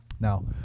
Now